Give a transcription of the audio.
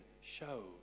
show